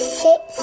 six